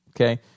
Okay